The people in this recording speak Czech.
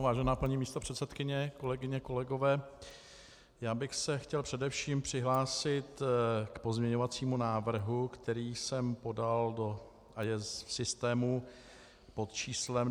Vážená paní místopředsedkyně, kolegyně, kolegové, já bych se chtěl především přihlásit k pozměňovacímu návrhu, který jsem podal a je v systému pod číslem 2898.